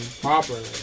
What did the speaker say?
properly